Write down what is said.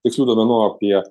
tikslių duomenų apie